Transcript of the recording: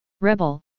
Rebel